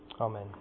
amen